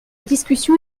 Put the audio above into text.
discussion